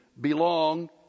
belong